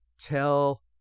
tell